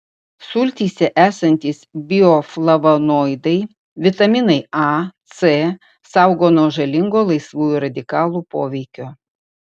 sultyse esantys bioflavonoidai vitaminai a c saugo nuo žalingo laisvųjų radikalų poveikio